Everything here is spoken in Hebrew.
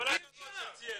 אי אפשר.